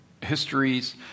histories